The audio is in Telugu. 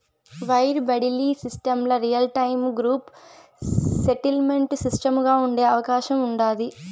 వైర్ బడిలీ సిస్టమ్ల రియల్టైము గ్రూప్ సెటిల్మెంటు సిస్టముగా ఉండే అవకాశం ఉండాది